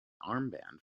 armband